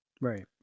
Right